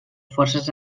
forces